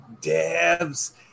dabs